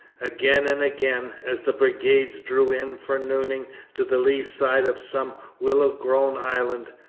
again and again as the brigades drew in for nooning to the lee side of some willow-grown island,